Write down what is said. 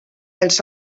els